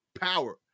power